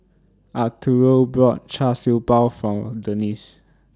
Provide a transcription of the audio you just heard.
Arturo bought Char Siew Bao For Denice